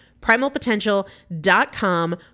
Primalpotential.com